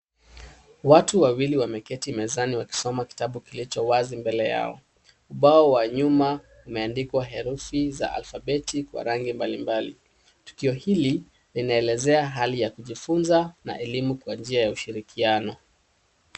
Watu wawili wameketi mezani wakisoma kitabu kilicho wazi mbele yao. Ubao wa nyuma umeandikwa herufi za alpabeti kwa rangi mbalimbali. Tukio hili linaelezea hali ya kujifunza na elimu kwa njia ya ushirikiano.